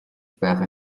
байгаа